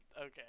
Okay